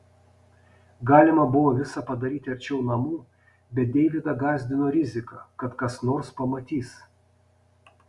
galima buvo visa padaryti arčiau namų bet deividą gąsdino rizika kad kas nors pamatys